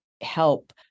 help